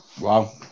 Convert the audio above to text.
Wow